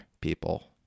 people